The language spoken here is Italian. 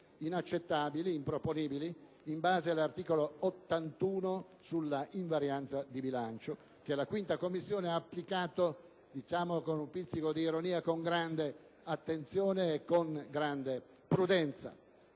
ma ritenuti improponibili in base all'articolo 81 sull'invarianza di bilancio, che la 5a Commissione ha applicato - diciamo con un pizzico di ironia - con grande attenzione e con grande prudenza.